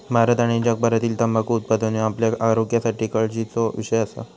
भारत आणि जगभरातील तंबाखू उत्पादन ह्यो आपल्या आरोग्यासाठी काळजीचो विषय असा